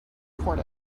report